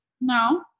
No